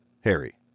Harry